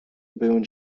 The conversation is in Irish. buan